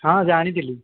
ହଁ ଜାଣିଥିଲି